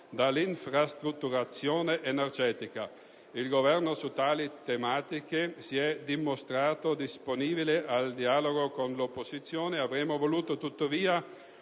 all'infrastrutturazione energetica. Il Governo su tali tematiche si è dimostrato disponibile al dialogo con l'opposizione. Avremmo voluto tuttavia